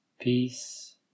Peace